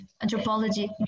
anthropology